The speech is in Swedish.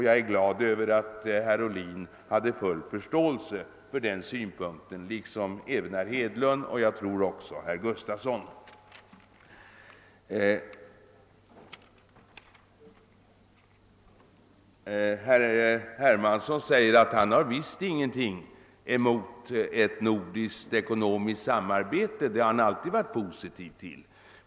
Jag är glad över att herr Ohlin hade full förståelse för den synpunkten, liksom herr Hedlund och, tror jag, också herr Gustafson i Göteborg. Herr Hermansson säger att han visst inte har någonting emot ett nordiskt ekonomiskt samarbete, ty det har han alltid ställt sig positiv till.